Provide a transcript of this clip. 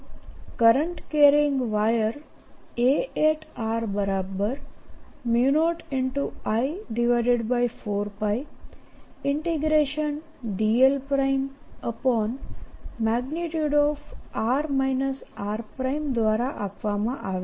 adl|r r|0I4πdl|r r| તો current carrying wire A0I4πdl|r r| દ્વારા આપવામાં આવે છે